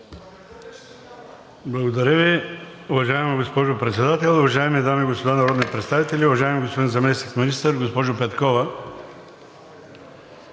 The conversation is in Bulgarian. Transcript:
Благодаря Ви, уважаема госпожо Председател. Уважаеми дами и господа народни представители, уважаеми господин Заместник-министър! Госпожо Петкова,